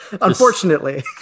Unfortunately